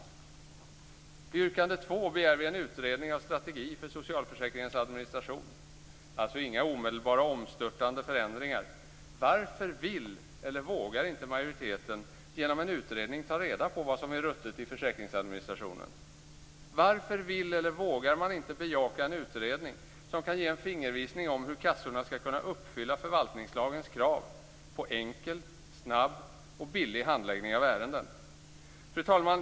I yrkande 2 begär vi en utredning av strategi för socialförsäkringens administration - alltså inga omedelbara omstörtande förändringar. Varför vill eller vågar majoriteten inte genom en utredning ta reda på vad som är ruttet i försäkringsadministrationen? Varför vill eller vågar man inte bejaka en utredning som kan ge en fingervisning om hur kassorna skall uppfylla förvaltningslagens krav på enkel, snabb och billig handläggning av ärenden? Fru talman!